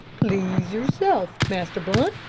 please yourself, master blunt,